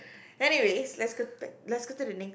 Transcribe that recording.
anyways let's go let's go to the next